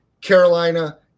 Carolina